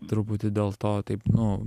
truputį dėl to taip nu